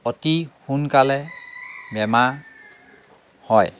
অতি সোনকালে বেমাৰ হয়